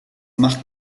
macht